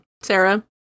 sarah